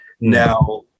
Now